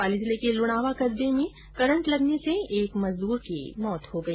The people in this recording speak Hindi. पार्ली जिले के लुणावा कस्बे में करंट लगने से एक मजदूर की मौत हो गई